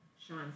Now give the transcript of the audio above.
Sean